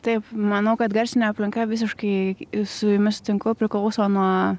taip manau kad garsinė aplinka visiškai su jumis sutinku priklauso nuo